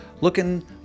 looking